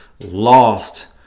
lost